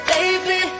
Baby